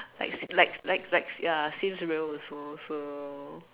like like like like uh seems real also so